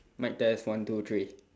mic test one two three